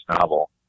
novel